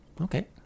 Okay